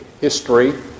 history